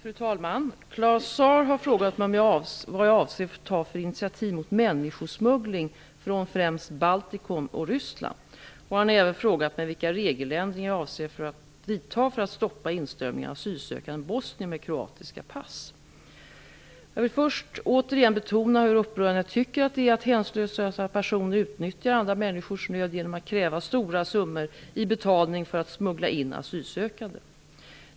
Fru talman! Claus Zaar har frågat mig vad jag avser att ta för initiativ mot människosmuggling från främst Baltikum och Ryssland. Han har även frågat mig vilka regeländringar jag avser att vidta för att stoppa inströmningen av asylsökande bosnier med kroatiska pass. Jag vill först återigen betona hur upprörande jag tycker att det är att hänsynslösa personer utnyttjar andra människors nöd, genom att kräva stora summor i betalning för att smuggla in asylsökande.